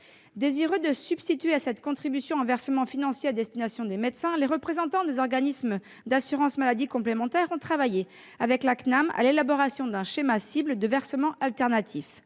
Désireux de substituer à cette contribution un versement financier à destination des médecins, les représentants des organismes d'assurance maladie complémentaire ont travaillé avec la Caisse nationale d'assurance maladie à l'élaboration d'un schéma cible de versement alternatif.